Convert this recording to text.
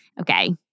Okay